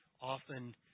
often